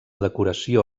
decoració